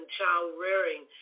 child-rearing